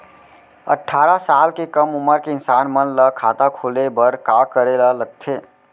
अट्ठारह साल से कम उमर के इंसान मन ला खाता खोले बर का करे ला लगथे?